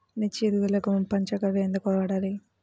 మిర్చి ఎదుగుదలకు పంచ గవ్య ఎందుకు వాడాలి?